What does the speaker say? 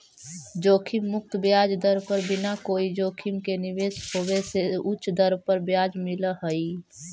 जोखिम मुक्त ब्याज दर पर बिना कोई जोखिम के निवेश होवे से उच्च दर पर ब्याज मिलऽ हई